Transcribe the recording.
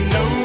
no